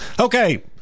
Okay